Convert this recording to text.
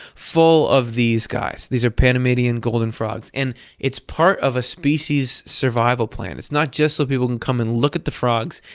full of these guys. these are panamanian golden frogs. and it's part of a species survival plan. it's not just so people can come and look at the frogs.